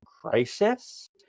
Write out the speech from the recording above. crisis